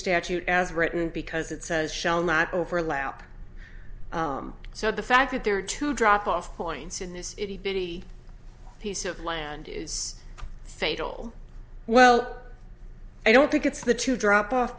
statute as written because it says shall not overlap so the fact that there are two drop off points in this bitty piece of land is fatal well i don't think it's the two drop off